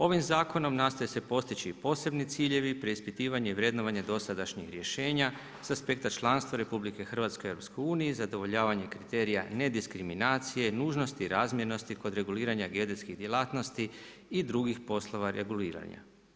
Ovim zakonom nastoji se postići i posebni ciljevi i preispitivanje i vrednovanje dosadašnjih rješenja sa aspekta članstva RH EU, zadovoljavanje kriterija nediskriminacije, nužnosti i razmjernosti kod reguliranja geodetskih djelatnosti i drugih poslova reguliranja.